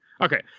Okay